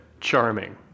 Charming